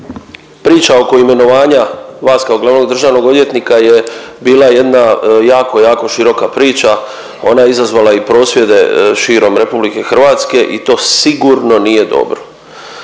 Priča oko imenovanja vas kao glavnog državnog odvjetnika je bila jedna jako jako široka priča, ona je izazvala i prosvjede širom RH i to sigurno nije dobro.